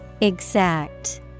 Exact